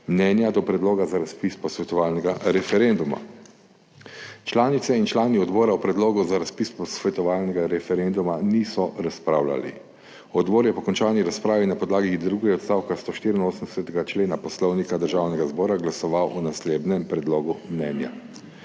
mnenja do predloga za razpis posvetovalnega referenduma. Članice in člani odbora o predlogu za razpis posvetovalnega referenduma niso razpravljali. Odbor je po končani razpravi na podlagi drugega odstavka 184. člena Poslovnika Državnega zbora glasoval o naslednjem predlogu mnenja: